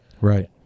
Right